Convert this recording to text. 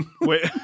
wait